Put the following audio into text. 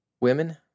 Women